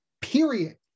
period